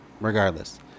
regardless